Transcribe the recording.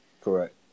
Correct